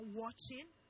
watching